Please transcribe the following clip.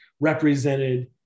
represented